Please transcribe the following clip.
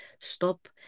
stop